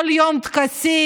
כל יום טקסים,